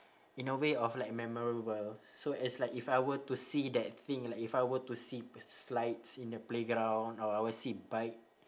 in a way of like memorable so as like if I were to see that thing like if I were to see slides in the playground or I will see bike